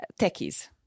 techies